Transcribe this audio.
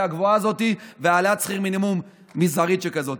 הגבוהה הזאת בהעלאת שכר מינימום מזערית שכזאת.